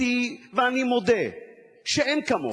הבנתי ואני מודה שאין כמוך.